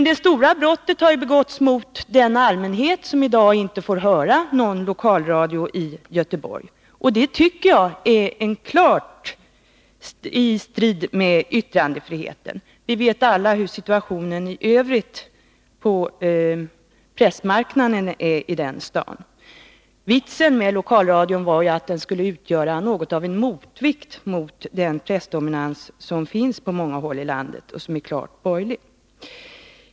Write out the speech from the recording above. Det stora brottet har dock begåtts mot den allmänhet som i dag inte får höra någon lokalradio i Göteborg. Det är klart i strid med yttrandefriheten. Vi vet ju alla hur situationen på pressmarknaden i övrigt är i den staden. Vitsen med lokalradion var att den skulle utgöra något av en motvikt till en pressdominans som finns på många håll i landet — och som är klart borgerlig.